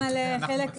התקשורת.